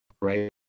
right